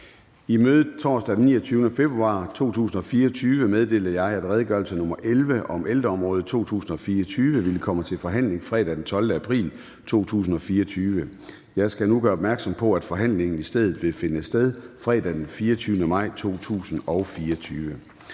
I mødet torsdag den 29. februar 2024 meddelte jeg, at redegørelse nr. 11 om ældreområdet 2024 vil komme til forhandling fredag den 12. april 2024. Jeg skal nu gøre opmærksom på, at forhandlingen i stedet vil finde sted fredag den 24. maj 2024.